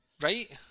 Right